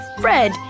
Fred